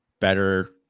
better